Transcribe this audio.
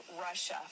Russia